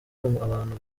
abantu